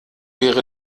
wäre